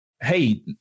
hey